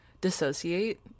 dissociate